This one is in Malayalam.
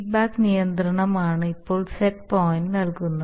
ഫീഡ്ബാക്ക് നിയന്ത്രണമാണ് ഇപ്പോൾ സെറ്റ് പോയിന്റ് നൽകുന്നത്